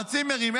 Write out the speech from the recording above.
הצימרים,